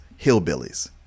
hillbillies